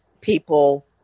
people